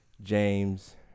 James